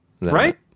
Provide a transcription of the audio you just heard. Right